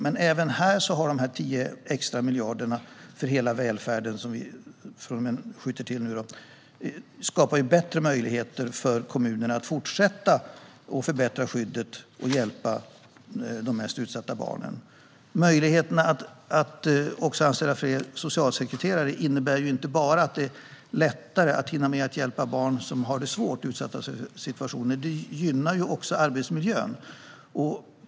Men även här skapar de extra 10 miljarderna för hela välfärden, som vi nu skjuter till, bättre möjligheter för kommunerna att fortsätta förbättra skyddet för de mest utsatta barnen och hjälpa dem. Möjligheten att också anställa fler socialsekreterare innebär inte bara att det blir lättare att hinna med att hjälpa barn som har det svårt och befinner sig i utsatta situationer. Det gynnar också arbetsmiljön.